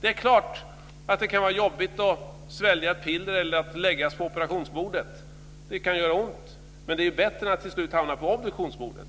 Det är klart att det kan vara jobbigt att svälja ett piller eller att läggas på operationsbordet. Det kan göra ont. Men det är bättre än att till slut hamna på obduktionsbordet.